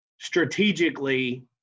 strategically